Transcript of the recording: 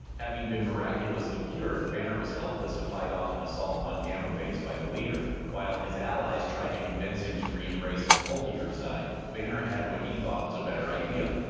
having been miraculously cured, banner was helpless to fight off an assault on gamma base by the leader. while his allies tried to convince him to re-embrace his hulkier side, banner had what he thought was a better idea.